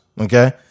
okay